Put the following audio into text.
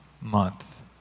month